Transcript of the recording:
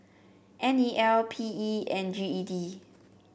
N E L P E and G E D